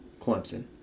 Clemson